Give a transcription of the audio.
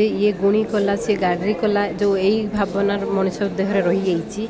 ଯେ ଇଏ ଗୁଣି କଲା ସେ ଗାରିଡ଼ି କଲା ଯେଉଁ ଏଇ ଭାବନାର ମଣିଷ ଦେହରେ ରହିଯାଇଛି